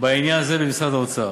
בעניין הזה במשרד האוצר.